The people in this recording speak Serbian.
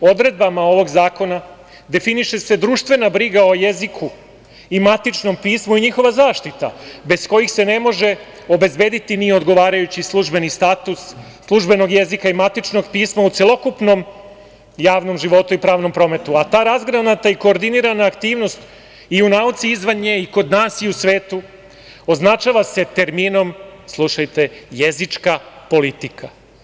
Odredbama ovog zakona definiše se društvena briga o jeziku i matičnom pismu i njihova zaštita, bez kojih se ne može obezbediti ni odgovarajući službeni status službenog jezika i matičnog pisma u celokupnom javnom životu i pravnom prometu, a ta razgranata i koordinirana aktivnost i u nauci i izvan nje, i kod nas i u svetu, označava se terminom, slušajte - jezička politika.